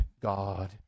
God